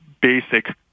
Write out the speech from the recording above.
basic